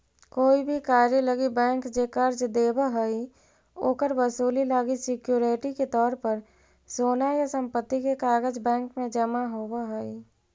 कोई भी कार्य लागी बैंक जे कर्ज देव हइ, ओकर वसूली लागी सिक्योरिटी के तौर पर सोना या संपत्ति के कागज़ बैंक में जमा होव हइ